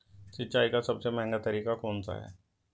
सिंचाई का सबसे महंगा तरीका कौन सा है?